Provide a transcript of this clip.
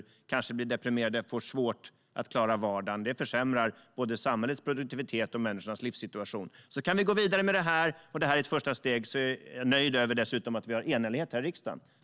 Man kanske blir deprimerad och får svårt att klara vardagen. Det försämrar både samhällets produktivitet och människors livssituation. Nu kan vi gå vidare. Det här är ett första steg, som jag dessutom är nöjd med att vi har enhällighet om här i riksdagen.